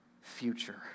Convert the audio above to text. future